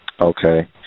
Okay